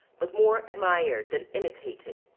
but more admired than imitated.